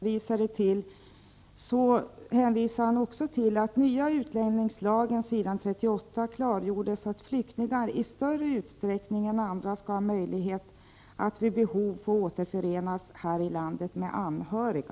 Herr talman! Georg Andersson har hänvisat till att det ”i propositionen Nya utlänningslagen klargjorts att flyktingar i större utsträckning än andra skall ha möjlighet att vid behov få återförenas här i landet med anhöriga”.